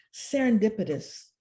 serendipitous